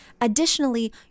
additionally